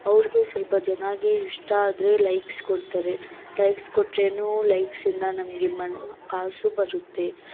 ಅವ್ರಿಗೆ ಸ್ವಲ್ಪ ಜನಕ್ಕೆ ಇಷ್ಟ ಆದರೆ ಲೈಕ್ಸ್ ಕೊಡ್ತಾರೆ ಲೈಕ್ಸ್ ಕೊಟ್ರೂ ಲೈಕ್ಸಿಂದ ನಮಗೆ ಮನೆ ಕಾಸು ಬರುತ್ತೆ